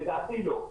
לדעתי לא,